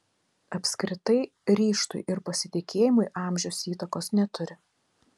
apskritai ryžtui ir pasitikėjimui amžius įtakos neturi